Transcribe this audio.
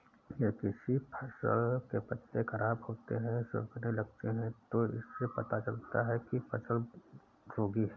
यदि किसी फसल के पत्ते खराब होते हैं, सूखने लगते हैं तो इससे पता चलता है कि फसल रोगी है